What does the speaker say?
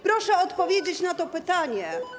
Proszę odpowiedzieć na to pytanie.